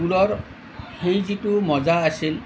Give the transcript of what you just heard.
স্কুলৰ সেই যিটো মজা আছিল